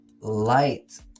light